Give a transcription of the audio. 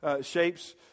shapes